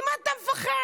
ממה אתה מפחד?